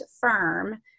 firm